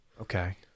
Okay